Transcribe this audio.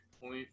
point